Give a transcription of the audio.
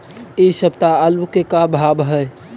इ सप्ताह आलू के का भाव है?